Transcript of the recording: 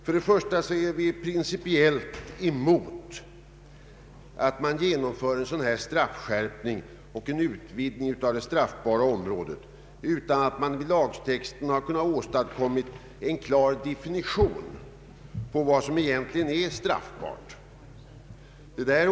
Först och främst är vi principiellt emot att man genomför en straffskärpning och en utvidgning av det straffbara området utan att i lagtexten ha kunnat åstadkomma en klar definition på vad som egentligen är straffbart.